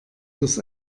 dass